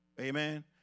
Amen